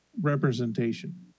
representation